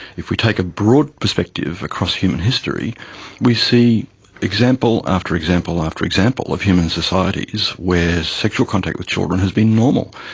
if we take a broad perspective across human history we see example after example after example of human societies where sexual contact with children has been normal.